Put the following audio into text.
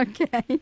Okay